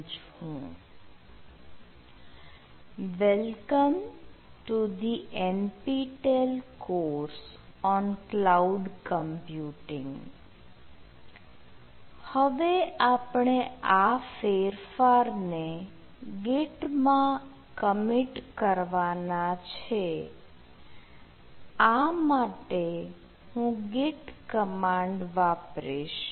"Welcome To the NPTEL Course on cloud computing" હવે આપણે આ ફેરફારને git માં કમિટ કરવાના છે આ માટે હું git commit કમાન્ડ વાપરીશ